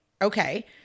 okay